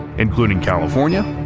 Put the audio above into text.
including california,